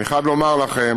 אני חייב לומר לכם